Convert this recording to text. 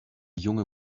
junge